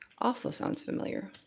also sounds familiar.